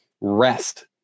rest